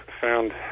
found